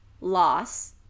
loss